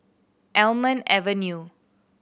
Almond Avenue